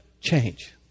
change